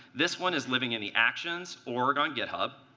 this one is living in the actions org on github,